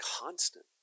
constant